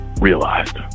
realized